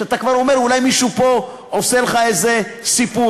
שאתה כבר אומר: אולי מישהו פה עושה לך איזה סיפור.